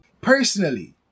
Personally